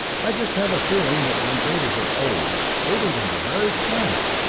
i just have a feeling that the invaders are old, older than our very planet!